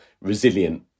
resilient